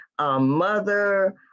mother